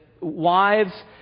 wives